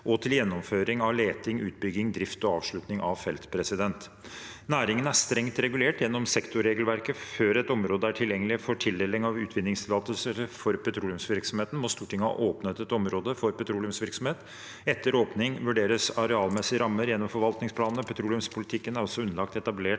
og til gjennomføring av leting, utbygging, drift og avslutting av felt. Næringen er strengt regulert gjennom sektorregelverket. Før et område er tilgjengelig for tildeling av utvinningstillatelser for petroleumsvirksomheten, må Stortinget ha åpnet et område for petroleumsvirksomhet. Etter åpning vurderes arealmessige rammer gjennom forvaltningsplanene. Petroleumspolitikken er også underlagt etablert